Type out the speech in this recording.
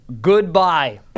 Goodbye